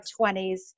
20s